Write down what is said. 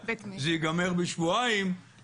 זה ייגמר בשבועיים,